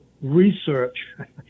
research